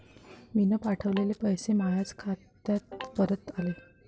मीन पावठवलेले पैसे मायाच खात्यात परत आले